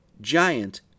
giant